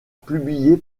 publié